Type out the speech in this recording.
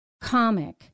comic